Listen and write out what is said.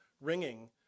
ringing